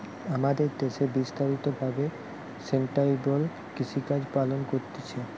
আমাদের দ্যাশে বিস্তারিত ভাবে সাস্টেইনেবল কৃষিকাজ পালন করতিছে